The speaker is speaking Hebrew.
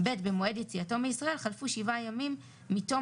במועד יציאתו מישראל חלפו שבעה ימים מתום